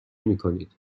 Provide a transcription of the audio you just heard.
میکنید